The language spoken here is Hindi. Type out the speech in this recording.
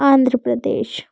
आंध्र प्रदेश